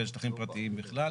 ולשטחים פרטיים בכלל.